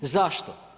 Zašto?